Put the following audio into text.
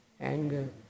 anger